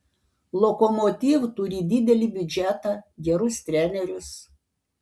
lokomotiv turi didelį biudžetą gerus trenerius